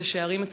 את השערים,